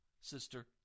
sister